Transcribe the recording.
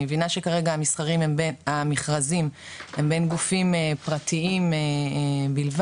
אני מבינה שכרגע המכרזים הם בין גופים פרטיים בלבד,